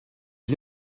you